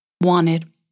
wanted